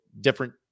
different